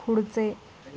पुढचे